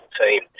team